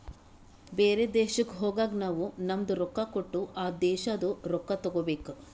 ಬೇರೆ ದೇಶಕ್ ಹೋಗಗ್ ನಾವ್ ನಮ್ದು ರೊಕ್ಕಾ ಕೊಟ್ಟು ಆ ದೇಶಾದು ರೊಕ್ಕಾ ತಗೋಬೇಕ್